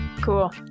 cool